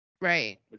Right